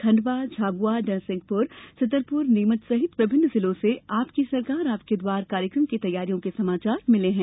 खंडवा झाबूआ नरसिंहपूर छतरपूर नीमच सहित विभिन्न जिलों से आपकी सरकार आपके द्वार कार्यक्रम की तैयारियों के समाचार मिलें है